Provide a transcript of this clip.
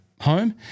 home